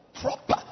Proper